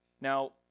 Now